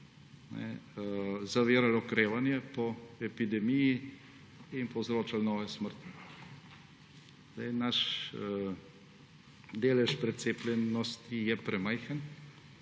zavirali okrevanje po epidemiji in povzročali nove smrti. Naš delež precepljenosti je premajhen,